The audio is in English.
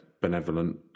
benevolent